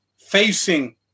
Facing